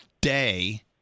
day